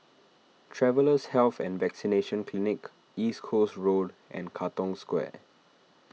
Travellers' Health and Vaccination Clinic East Coast Road and Katong Square